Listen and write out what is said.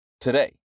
Today